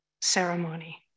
ceremony